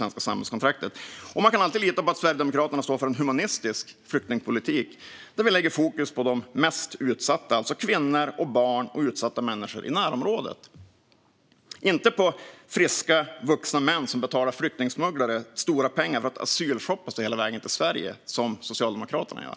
Man kan också alltid lita på att Sverigedemokraterna står för en human flyktingpolitik där vi lägger fokus på de mest utsatta, alltså kvinnor, barn och utsatta människor i närområdet - inte på friska, vuxna män som betalar flyktingsmugglare stora pengar för att asylshoppa sig hela vägen till Sverige, som Socialdemokraterna gör.